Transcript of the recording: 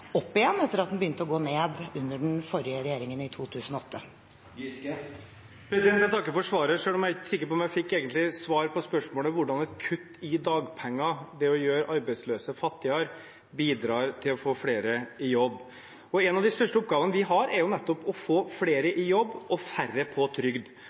opp igjen etter at den begynte å gå ned under den forrige regjeringen, i 2008. Jeg takker for svaret, selv om jeg ikke er sikker på om jeg egentlig fikk svar på spørsmålet om hvordan et kutt i dagpenger, det å gjøre arbeidsløse fattigere, bidrar til å få flere i jobb. En av de største oppgavene vi har, er nettopp å få flere i jobb og færre på trygd.